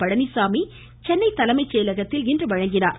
பழனிசாமி சென்னை தலைமைச் செயலத்தில் இன்று வழங்கினார்